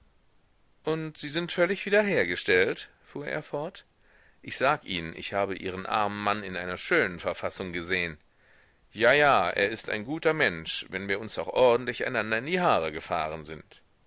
und sind sie völlig wiederhergestellt fuhr er fort ich sag ihnen ich habe ihren armen mann in einer schönen verfassung gesehn ja ja er ist ein guter mensch wenn wir uns auch ordentlich einander in die haare gefahren sind